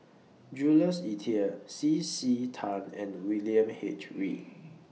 Jules Itier C C Tan and William H Read